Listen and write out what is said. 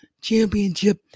Championship